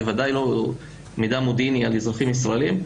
בוודאי לא מידע מודיעיני על אזרחים ישראלים,